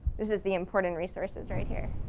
this is the important resources right here.